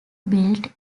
built